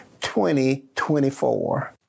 2024